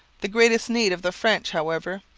the greatest need of the french, however,